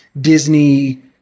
Disney